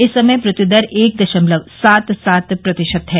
इस समय मृत्युदर एक दशमलव सात सात प्रतिशत है